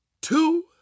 two